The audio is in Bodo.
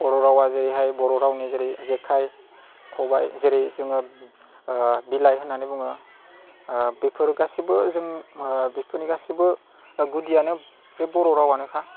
बर' रावआ जेरैहाय बर' रावनि जेरै जेखाइ खबाइ जेरै जोङो बिलाइ होननानै बुङो बेफोर गासैबो जों बेफोरनि गासैबो गुदियानो बे बर' रावआनोखा